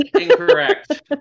Incorrect